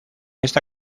esta